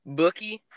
bookie